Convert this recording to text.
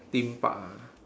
theme park ah